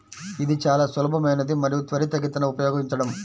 ఇది చాలా సులభమైనది మరియు త్వరితగతిన ఉపయోగించడం